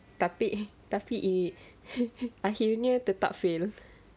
tapi tapi akhirnya tetap fail